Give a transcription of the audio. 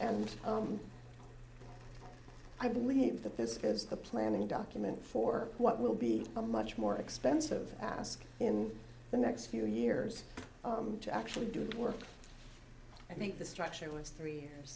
and i believe that this is the planning document for what will be a much more expensive ask in the next few years to actually do the work and make the structure was three years